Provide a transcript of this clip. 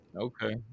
okay